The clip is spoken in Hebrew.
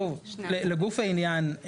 לגוף העניין,